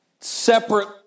separate